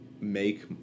make